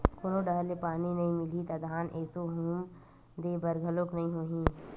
कोनो डहर ले पानी नइ मिलही त धान एसो हुम दे बर घलोक नइ होही